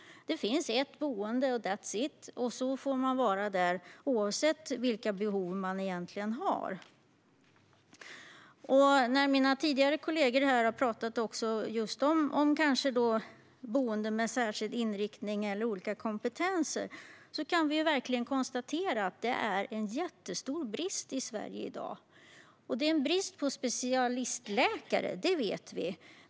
Det finns ett boende - that's it. Man får vara där oavsett vilka behov man har. När mina kollegor tidigare har talat om boenden med särskild inriktning eller olika kompetenser kan vi konstatera att det är en jättestor brist i Sverige i dag. Det råder brist på specialistläkare - det vet vi.